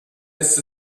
ist